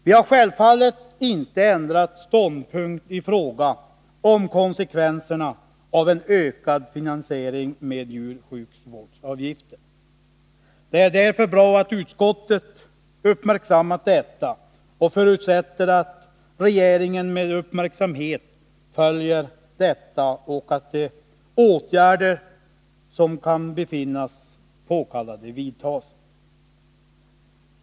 Vi har självfallet inte ändrat ståndpunkt i fråga om konsekvenserna av en ökad finansiering med djursjukvårdsavgifter. Det är därför bra att utskottet uppmärksammat detta och förutsätter att regeringen noga följer denna fråga och vidtar de åtgärder som kan befinnas påkallade.